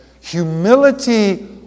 Humility